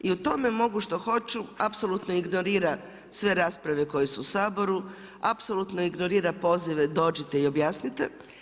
I u tome mogu što hoću, apsolutno ignorira sve rasprave koje su u Saboru, apsolutno ignorira pozive dođite i objasnite.